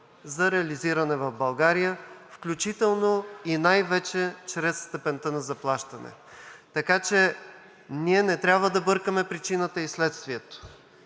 за реализиране в България, включително, и най-вече, чрез степента на заплащане. Ние не трябва да бъркаме причина и следствието.